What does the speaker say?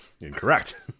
incorrect